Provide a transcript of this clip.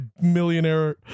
millionaire